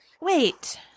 wait